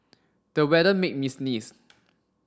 the weather made me sneeze